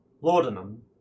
Laudanum